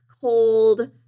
cold